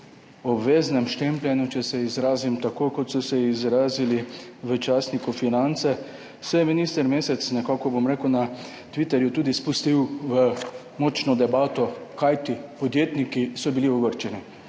obveznem štempljanju, če se izrazim tako, kot so se izrazili v častniku Finance, se je minister Mesec nekako na Twitterju spustil v močno debato, kajti podjetniki so bili ogorčeni,